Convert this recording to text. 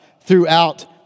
throughout